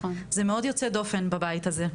זה מאוד יוצא דופן בבית הזה,